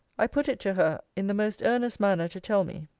i put it to her, in the most earnest manner, to tell me,